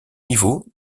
niveau